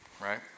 right